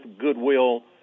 Goodwill